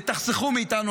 ותחסכו מאיתנו,